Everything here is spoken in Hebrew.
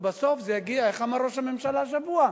ובסוף זה יגיע, איך אמר ראש הממשלה השבוע?